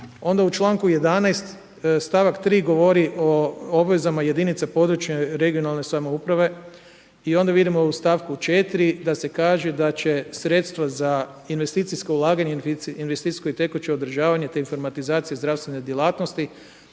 Onda u čl. 11. stavak 3 govori o obvezama jedinica područje regionalne samouprave i onda vidimo u stavku 4 da se kaže da će sredstvo za investicijsko ulaganje, za investicijsko i tekuće održavanje, te informatizacije zdravstvene djelatnosti